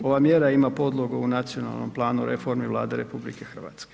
Ova mjera ima podlogu u nacionalnom planu reformi Vlade RH.